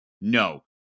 No